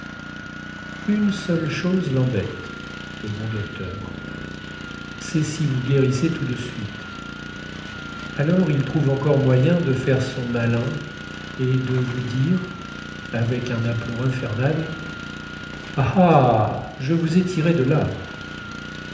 une seule chose lembête le bon docteur cest si vous guérissez tout de suite alors il trouve encore moyen de faire son malin et de vous dire avec un aplomb infernal ah ah je vous ai tiré de là